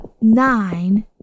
nine